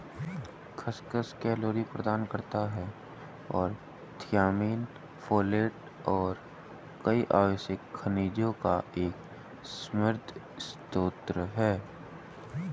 खसखस कैलोरी प्रदान करता है और थियामिन, फोलेट और कई आवश्यक खनिजों का एक समृद्ध स्रोत है